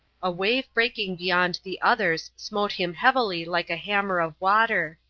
a wave breaking beyond the others smote him heavily like a hammer of water.